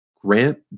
Grant